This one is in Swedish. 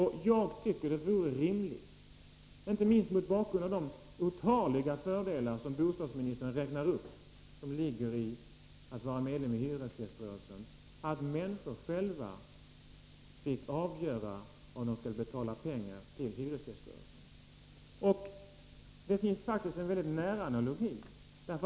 Inte minst mot bakgrund av de otaliga fördelar med att vara medlem av hyresgäströrelsen som bostadsministern räknar upp vore det rimligt att människorna själva fick avgöra om de skall betala pengar till hyresgäströrelsen. Det finns faktiskt en väldigt nära analogi.